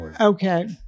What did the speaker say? Okay